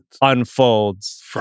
unfolds